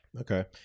Okay